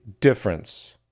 difference